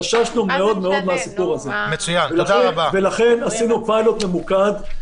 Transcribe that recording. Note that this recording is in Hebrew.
בלעדינו לא היה שום פיילוט.